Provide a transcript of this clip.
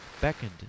beckoned